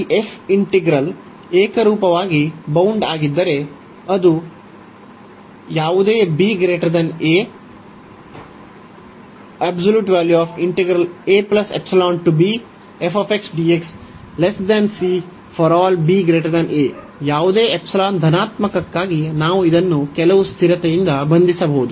ಈ f integral ಏಕರೂಪವಾಗಿ bound ಆಗಿದ್ದರೆ ಅದು ಯಾವುದೇ b a ಯಾವುದೇ ϵ ಧನಾತ್ಮಕಕ್ಕಾಗಿ ನಾವು ಇದನ್ನು ಕೆಲವು ಸ್ಥಿರತೆಯಿಂದ ಬಂಧಿಸಬಹುದು